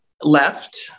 left